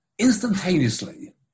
instantaneously